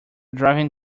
driving